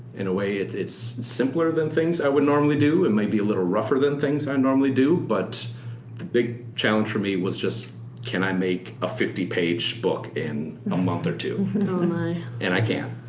in a way it's it's simpler than things i would normally do. and might be a little rougher than things i normally do. but the big challenge for me was can i make a fifty page book in a month or two. and and i and i can.